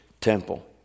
temple